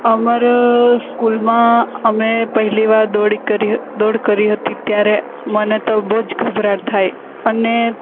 અમારી સ્કૂલમાં અમે પહેલી વાર દોડી કરી દોડ કરી હતી ત્યારે મને તો બહુ જ ગભરાટ થાય અને